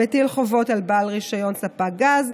המטיל חובות על בעל רישיון ספק פגז.